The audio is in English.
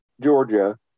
Georgia